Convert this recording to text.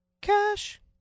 cash